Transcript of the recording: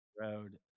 road